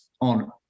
on